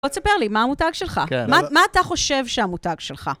בוא תספר לי מה המותג שלך. מה, מה אתה חושב שהמותג שלך?